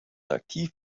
aktiv